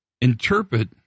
Interpret